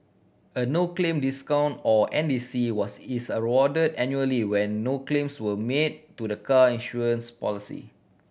a no claim discount or N D C was is awarded annually when no claims were made to the car insurance policy